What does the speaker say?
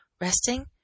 resting